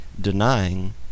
denying